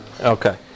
Okay